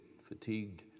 fatigued